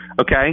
Okay